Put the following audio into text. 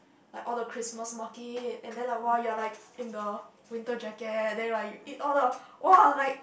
like all the Christmas market and then like [wah] you're like in the winter jacket then you're like you eat all the !wah! like